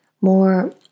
more